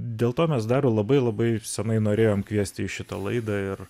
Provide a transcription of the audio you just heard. dėl to mes darių labai labai senai norėjom kviesti į šitą laidą ir